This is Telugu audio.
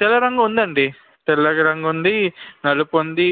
తెల్ల రంగు ఉందండి తెల్ల రంగు ఉంది నలుపు ఉంది